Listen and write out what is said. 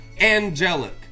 angelic